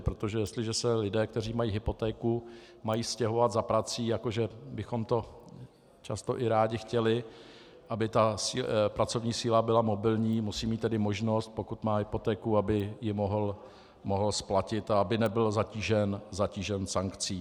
Protože jestliže se lidé, kteří mají hypotéku, mají stěhovat za prací, jako že bychom to často i rádi chtěli, aby ta pracovní síla byla mobilní, musí mít tedy možnost, pokud má hypotéku, aby ji mohla splatit a aby nebyla zatížena sankcí.